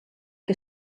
que